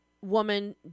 woman